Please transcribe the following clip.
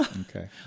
Okay